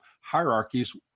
hierarchies